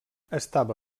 estava